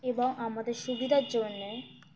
এবং আমাদের সুবিধার জন্যে